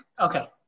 Okay